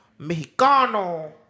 Mexicano